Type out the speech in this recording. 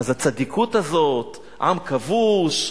אז הצדיקות הזאת, עם כבוש.